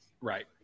Right